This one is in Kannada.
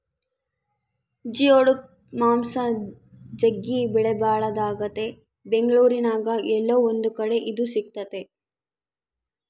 ಜಿಯೋಡುಕ್ ಮಾಂಸ ಜಗ್ಗಿ ಬೆಲೆಬಾಳದಾಗೆತೆ ಬೆಂಗಳೂರಿನ್ಯಾಗ ಏಲ್ಲೊ ಒಂದು ಕಡೆ ಇದು ಸಿಕ್ತತೆ